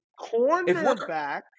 cornerback